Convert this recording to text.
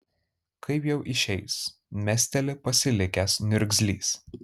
kaip jau išeis mesteli pasilikęs niurgzlys